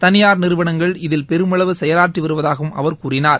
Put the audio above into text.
தனியார் நிறுவனங்கள் இதில் பெருமளவு செயலாற்றி வருவதாகவும் அவர் கூறினார்